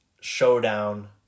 showdown